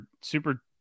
super